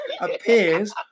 appears